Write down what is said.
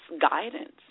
guidance